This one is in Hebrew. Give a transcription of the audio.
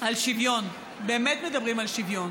על שוויון, באמת מדברים על שוויון